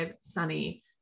sunny